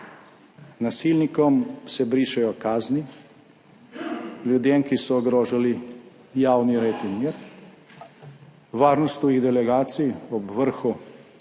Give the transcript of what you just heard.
Nasilnikom se brišejo kazni, ljudem, ki so ogrožali javni red in mir, varnost tujih delegacij ob vrhu